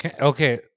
Okay